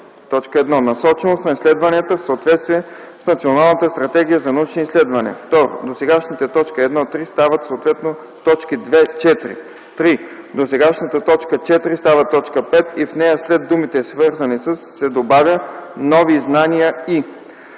т. 1: „1. насоченост на изследванията в съответствие с Националната стратегия за научни изследвания;”. 2. Досегашните т. 1-3 стават съответно т. 2-4. 3. Досегашната т. 4 става т. 5 и в нея след думите „свързани с” се добавя „нови знания и”.